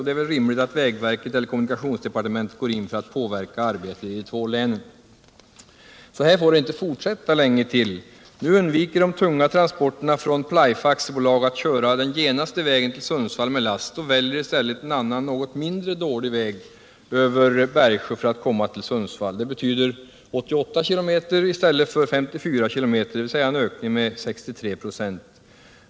Det är väl rimligt att vägverket eller kommunikationsdepartementet går in för att påverka arbetet i de två länen. Så här får det inte fortsätta länge till. Nu undviker man vid tunga transporter från Plyfa AB att köra den genaste vägen ull Sundsvall och väljer i stället en annan, något mindre dålig väg över Bergsjö för att komma till Sundsvall. Det betyder 88 km i stället för 54 km, dvs. en ökning med 63 "a.